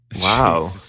wow